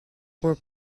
were